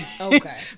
Okay